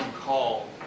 call